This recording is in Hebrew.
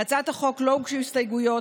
להצעת החוק לא הוגשו הסתייגויות,